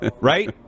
Right